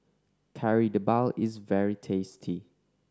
Kari Debal is very tasty